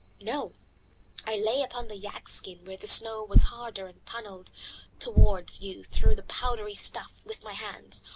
no i lay upon the yak skin where the snow was harder and tunnelled towards you through the powdery stuff with my hands,